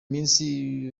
minsi